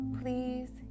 please